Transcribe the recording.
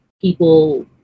people